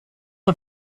der